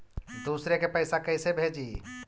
दुसरे के पैसा कैसे भेजी?